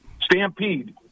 Stampede